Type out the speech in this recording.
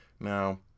Now